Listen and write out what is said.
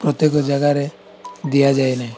ପ୍ରତ୍ୟେକ ଜାଗାରେ ଦିଆଯାଏନାହିଁ